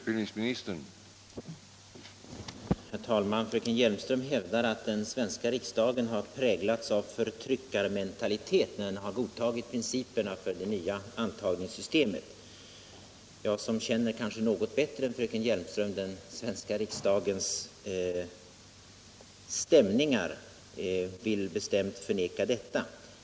Herr talman! Fröken Hjelmström hävdar att den svenska riksdagen har präglats av förtryckarmentalitet när den har godtagit principerna för det nya antagningssystemet. Jag — som kanske något bättre än fröken Hjelmström känner den svenska riksdagens stämningar — vill bestämt förneka detta.